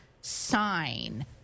sign